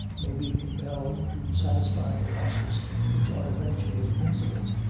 may be compelled to satisfy the losses which are eventually incident,